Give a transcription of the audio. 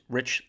Rich